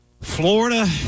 Florida